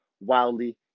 wildly